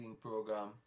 program